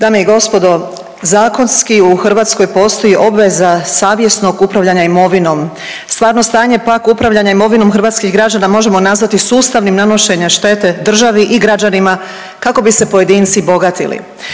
Dame i gospodo, zakonski u Hrvatskoj postoji obveza savjesnog upravljanja imovinom, stvarno stanje pak upravljanja imovinom hrvatskih građana možemo nazvati sustavnim nanošenjem štete državi i građanima kako bi se pojedinci bogatili.